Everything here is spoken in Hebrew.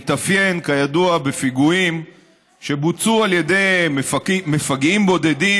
מתאפיין כידוע בפיגועים שבוצעו על ידי מפגעים בודדים,